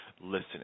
listening